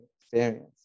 experience